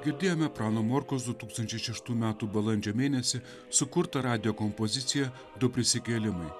girdėjome prano morkaus du tūkstančiai šeštų metų balandžio mėnesį sukurtą radijo kompoziciją du prisikėlimai